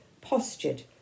postured